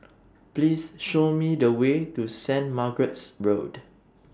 Please Show Me The Way to Saint Margaret's Road